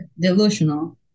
delusional